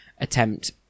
attempt